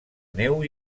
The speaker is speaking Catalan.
neu